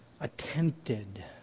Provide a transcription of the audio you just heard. attempted